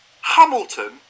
Hamilton